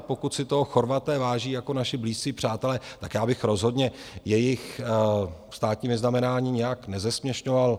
Pokud si toho Chorvaté váží jako naši blízcí přátelé, já bych rozhodně jejich státní vyznamenání nějak nezesměšňoval.